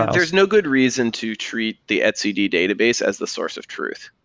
there's no good reason to treat the etcd database as the source of truth.